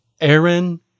Aaron